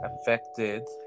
affected